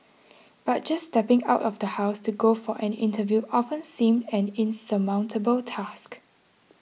but just stepping out of the house to go for an interview often seemed an insurmountable task